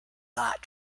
that